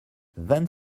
vingt